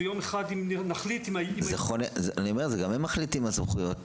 ויום אחד אם נחליט -- אני אומר גם הם מחליטים על סמכויות.